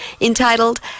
entitled